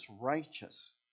righteous